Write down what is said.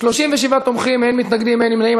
37 תומכים, אין מתנגדים, אין נמנעים.